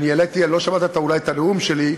אני העליתי, לא שמעת אולי את הנאום שלי,